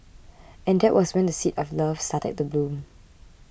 and that was when the seeds of love started to bloom